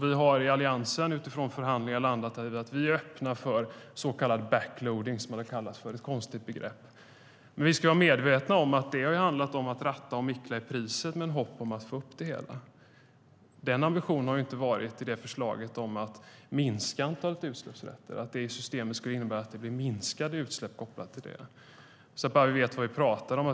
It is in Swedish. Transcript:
Vi i Alliansen har utifrån förhandlingar landat i att vi är öppna för backloading, som det kallas. Det är ett konstigt begrepp. Men vi ska vara medvetna om att det har handlat om att ratta och mickla med priset i hopp om att få upp det hela. Den ambitionen har inte funnits i förslaget om att minska antalet utsläppsrätter, att det systemet skulle innebära att det blir minskade utsläpp kopplade till det, så att vi vet vad vi pratar om.